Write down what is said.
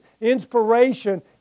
Inspiration